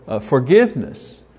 forgiveness